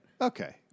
Okay